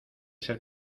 ser